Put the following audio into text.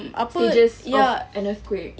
stages of an earthquake